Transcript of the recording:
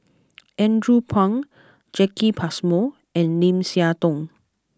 Andrew Phang Jacki Passmore and Lim Siah Tong